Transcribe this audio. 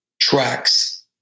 tracks